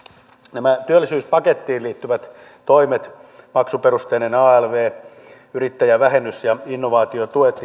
nämä työllisyyspakettiin liittyvät toimet maksuperusteinen alv yrittäjävähennys ja innovaatiotuet